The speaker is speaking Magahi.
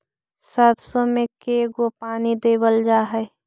सरसों में के गो पानी देबल जा है?